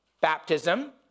baptism